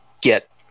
get